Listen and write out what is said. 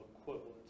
equivalent